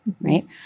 right